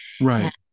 Right